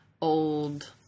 old